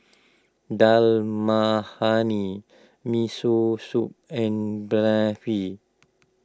Dal Makhani Miso Soup and Barfi